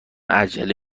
عجله